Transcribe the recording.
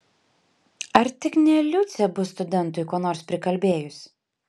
ar tik ne liucė bus studentui ko nors prikalbėjus